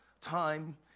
time